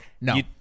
No